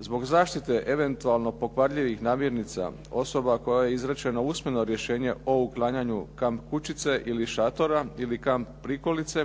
Zbog zaštite eventualno pokvarljivih namirnica osoba kojoj je izrečeno usmeno rješenje o uklanjanju kamp kućice ili šatora ili kamp prikolice